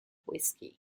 whisky